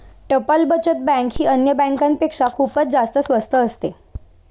टपाल बचत बँक ही अन्य बँकांपेक्षा खूपच जास्त स्वस्त असते